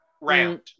round